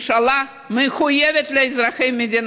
היא ידועה לשירותי הרווחה כבר מגיל